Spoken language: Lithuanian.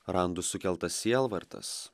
randų sukeltas sielvartas